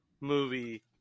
movie